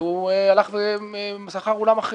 והוא שכר אולם אחר.